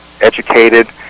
educated